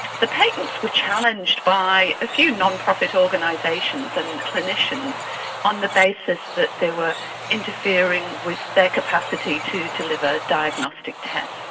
the patents were challenged by a few non-profit organisations and clinicians on the basis that they were interfering with their capacity to deliver diagnostic tests.